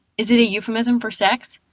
is it a euphemism for sex?